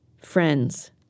Friends